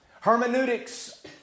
Hermeneutics